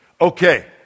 Okay